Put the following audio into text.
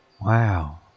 Wow